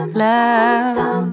love